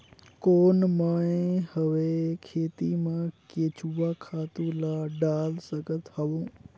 कौन मैं हवे खेती मा केचुआ खातु ला डाल सकत हवो?